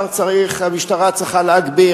המשטרה צריכה להגביר,